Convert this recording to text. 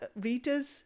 reader's